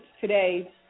today